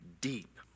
deep